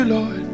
Lord